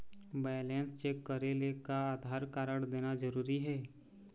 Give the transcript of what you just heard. Balance check करेले का Aadhaar card देना जरूरी हे?